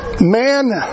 Man